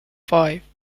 five